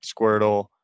squirtle